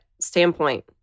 standpoint